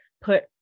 put